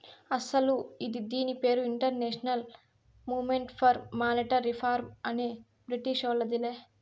అస్సలు ఇది దీని పేరు international movement for monetary reform అనే బ్రిటీషోల్లదిలే